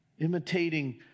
Imitating